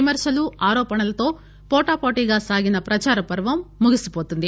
విమర్శలు ఆరోపణలతో పోటావోటీగా సాగిన ప్రచారపర్వం ముగిసిపోతుంది